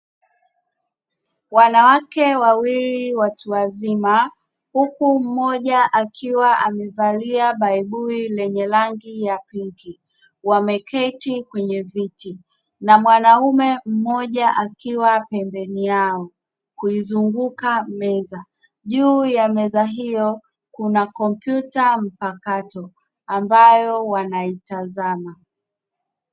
Wanawake wawili watu wazima huku mmoja akiwa amevalia baibui lenye rangi ya pinki wameketi kwenye viti na mwanaume mmoja akiwa pembeni yao kuizunguka meza, juu ya meza hiyo kuna kompyuta mpakato ambayo wanaitazama.